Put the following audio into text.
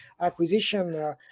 acquisition